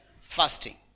fasting